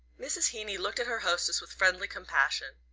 mrs. heeny looked at her hostess with friendly compassion.